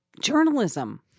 journalism